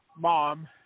Mom